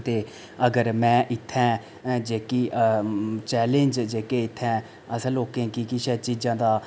ते अगर में इत्थें जेह्की चेलैंज जेह्के इत्थें असें लोकें गी किश चीज़ें दा